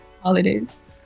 holidays